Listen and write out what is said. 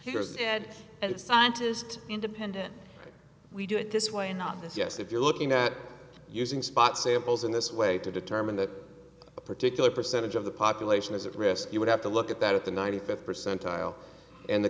here's and scientist independent we do it this way not this yes if you're looking at using spot samples in this way to determine that a particular percentage of the population is at risk you would have to look at that at the ninety fifth percentile and the